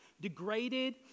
degraded